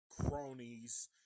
cronies